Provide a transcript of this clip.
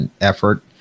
effort